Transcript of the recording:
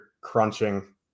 crunching